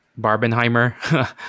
Barbenheimer